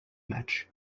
match